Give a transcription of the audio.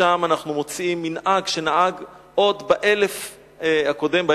שם אנחנו מוצאים מנהג שנהג עוד באלף הקודם,